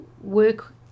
work